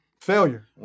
failure